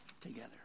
together